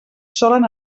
solen